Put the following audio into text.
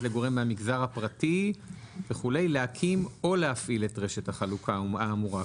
לגורם מהמגזר הפרטי וכו' להקים או להפעיל את רשת החלוקה האמורה.